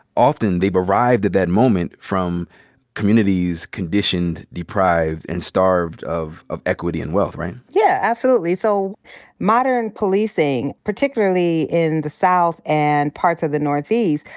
often they've arrived at that moment from communities conditioned, deprived and starved of of equity and wealth, right? yeah, absolutely. so modern policing, particularly in the south and parts of the northeast,